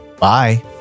Bye